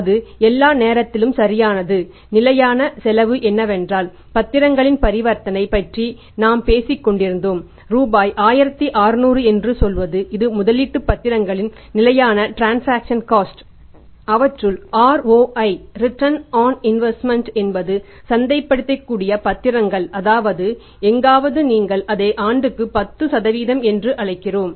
அவற்றுள் ROI return on investment என்பது சந்தைபடுத்தக்கூடிய பத்திரங்கள் அதாவது எங்காவது நீங்கள் அதை ஆண்டுக்கு 10 என்று அழைக்கலாம்